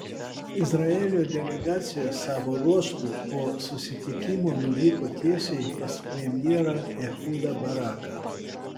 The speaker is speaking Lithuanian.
izraelio delegacija savo ruožtu po susitikimo nuvyko tiesiai pas premjerą ehudą baraką